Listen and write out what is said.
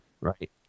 Right